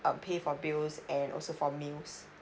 uh pay for bills and also for meals